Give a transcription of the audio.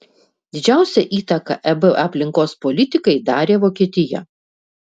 didžiausią įtaką eb aplinkos politikai darė vokietija